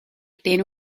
tiene